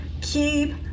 keep